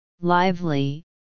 lively